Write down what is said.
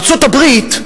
בארצות-הברית,